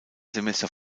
semester